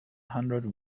hundred